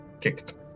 kicked